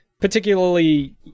particularly